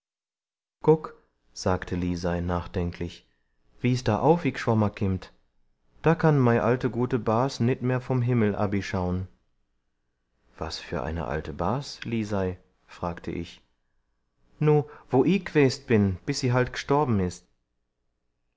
guck sagte lisei nachdenklich wie's da aufi g'schwomma kimmt da kann mei alte gute bas nit mehr vom himm'l abischaun was für eine alte bas lisei fragte ich nu wo i g'west bin bis sie halt g'storb'n ist